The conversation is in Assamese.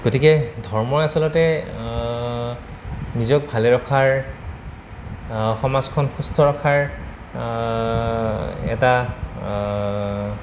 গতিকে ধৰ্মই আচলতে নিজক ভালে ৰখাৰ সমাজখন সুস্থ ৰখাৰ এটা